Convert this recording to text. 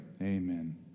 Amen